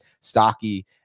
stocky